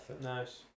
Nice